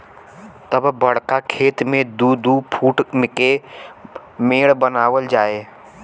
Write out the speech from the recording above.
तब बड़का खेत मे दू दू फूट के मेड़ बनावल जाए